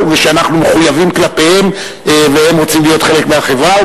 ושאנחנו מחויבים כלפיהם והם רוצים להיות חלק מהחברה,